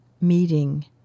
meeting